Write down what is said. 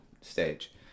stage